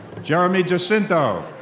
jeremy jacinto.